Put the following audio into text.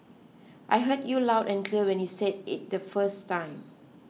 I heard you loud and clear when you said it the first time